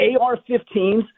AR-15s